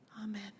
Amen